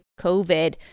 COVID